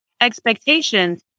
expectations